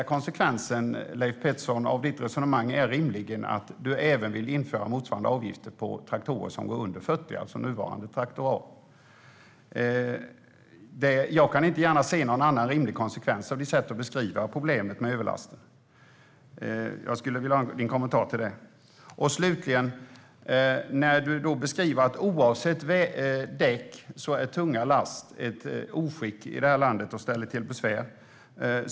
Konsekvensen av ditt resonemang, Leif Pettersson, är rimligen att du även vill införa motsvarande avgift på traktorer som går långsammare än 40, det vill säga nuvarande traktor a. Jag kan inte se någon annan konsekvens av ditt sätt att beskriva problemet med överlast. Jag skulle vilja ha din kommentar till detta. Slutligen beskriver du att oavsett däck är tunga lass ett oskick i det här landet som ställer till besvär.